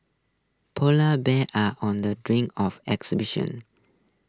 Polar Bears are on the drink of extinction